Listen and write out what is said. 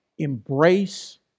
embrace